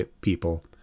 people